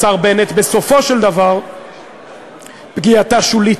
השר בנט, בסופו של דבר פגיעתה שולית,